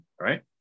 right